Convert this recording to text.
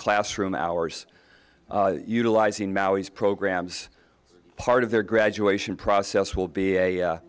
classroom hours utilizing maui's programs part of their graduation process will be a